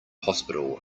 hospital